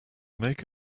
make